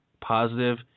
positive